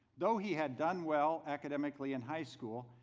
though he had done well academically in high school,